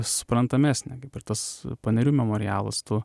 suprantamesnė kaip ir tas panerių memorialas tu